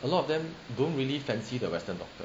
a lot of them don't really fancy the western doctor